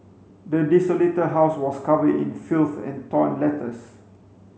the desolated house was covered in filth and torn letters